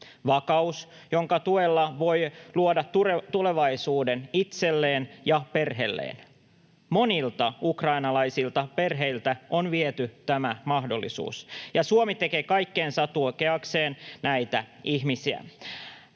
vakaus, jonka tuella voi luoda tulevaisuuden itselleen ja perheelleen. Monilta ukrainalaisilta perheiltä on viety tämä mahdollisuus, ja Suomi tekee kaikkensa tukeakseen näitä ihmisiä.